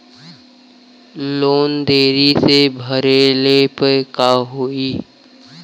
Loan देरी से भरले पर का होई?